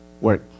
work